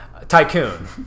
Tycoon